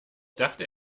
dachte